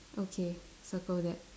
okay circle that